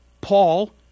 Paul—